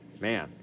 Man